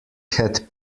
had